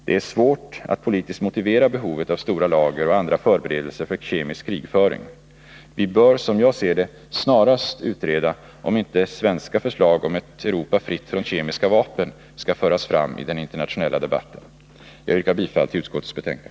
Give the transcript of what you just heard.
Det är svårt att politiskt motivera behovet av Nr 156 stora lager och andra förberedelser för kemisk krigföring. Vi bör, som jag ser det, snarast utreda om inte svenska förslag om ett Europa fritt från kemiska vapen skall föras fram i den internationella debatten. Jag yrkar bifall till utskottets hemställan.